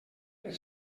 per